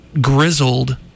grizzled